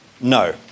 No